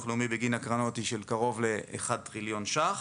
לאומי בגין הקרנות היא קרוב ל-1 טריליון ש"ח.